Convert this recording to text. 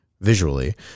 visually